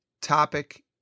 topic